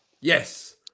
yes